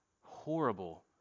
horrible